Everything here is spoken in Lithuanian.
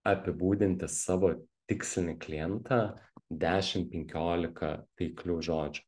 apibūdinti savo tikslinį klientą dešim penkiolika taiklių žodžių